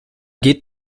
geht